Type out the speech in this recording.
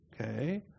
Okay